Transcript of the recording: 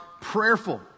prayerful